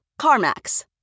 CarMax